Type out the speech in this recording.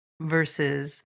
versus